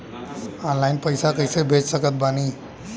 Online पैसा कैसे भेज सकत बानी?